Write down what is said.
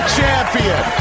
champion